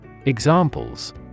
Examples